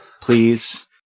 please